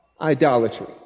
Idolatry